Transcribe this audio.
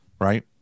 right